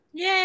Yay